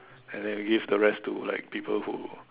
and then gives the rest to like people who